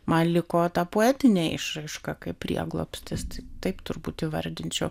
man liko ta poetinė išraiška kaip prieglobstis taip turbūt įvardinčiau